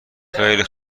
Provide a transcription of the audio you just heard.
خیلی